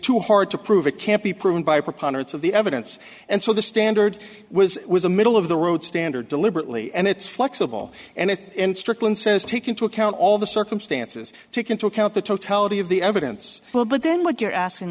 too hard to prove it can't be proven by a preponderance of the evidence and so the standard was was a middle of the road standard deliberately and it's flexible and it's strickland says take into account all the circumstances take into account the totality of the evidence well but then what you're asking